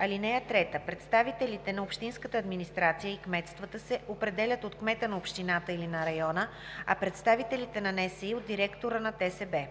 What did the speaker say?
НСИ. (3) Представителите на общинската администрация и кметствата се определят от кмета на общината или на района, а представителите на НСИ – от директора на ТСБ.